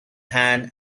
hand